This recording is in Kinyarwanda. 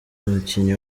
umukinnyi